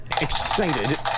excited